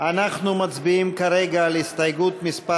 אנחנו מצביעים כרגע על הסתייגות מס'